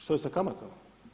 Što je sa kamatama?